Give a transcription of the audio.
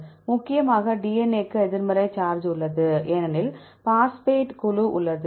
46 முக்கியமாக DNA க்கு எதிர்மறை சார்ஜ் உள்ளது ஏனெனில் பாஸ்பேட் குழு உள்ளது